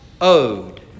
owed